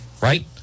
Right